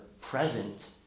present